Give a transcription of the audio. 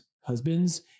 husbands